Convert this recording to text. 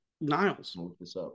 Niles